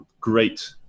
great